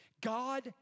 God